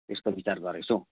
यस्तो विचार गरेको छु हौ